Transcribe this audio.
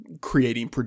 creating